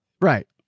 right